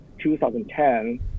2010